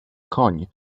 koń